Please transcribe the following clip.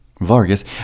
Vargas